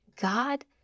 God